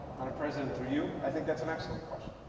madam president through you, i think that's an excellent question.